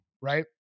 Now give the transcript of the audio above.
right